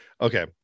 okay